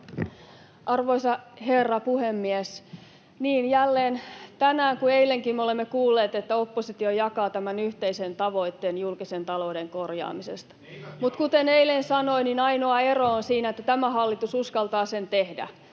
Arvoisa herra puhemies! Niin, jälleen tänään, kuten eilenkin, me olemme kuulleet, että oppositio jakaa tämän yhteisen tavoitteen julkisen talouden korjaamisesta, [Oikealta: Eivät jaa!] mutta kuten eilen sanoin, ainoa ero on siinä, että tämä hallitus uskaltaa sen tehdä.